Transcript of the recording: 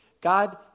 God